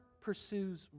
pursues